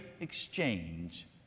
exchange